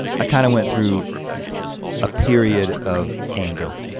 i kind of went through a period of anger.